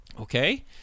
okay